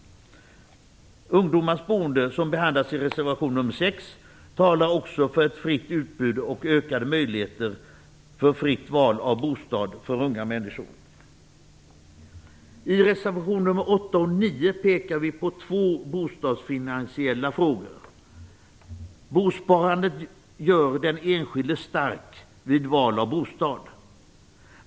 Ungdomars boende behandlas i reservation nr 6, där vi också talar för ett fritt utbud och ökade möjligheter för fritt val av bostad för unga människor. I reservationerna nr 8 och 9 pekar vi på två bostadsfinansiella frågor. Bosparandet gör den enskilde stark vid val av bostad.